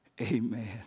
amen